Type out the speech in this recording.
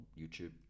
YouTube